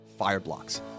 Fireblocks